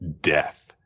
death